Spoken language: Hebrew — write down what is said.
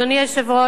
אדוני היושב-ראש,